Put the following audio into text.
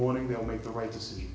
morning we'll make the right to see